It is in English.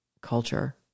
culture